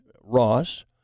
Ross